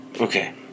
Okay